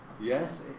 Yes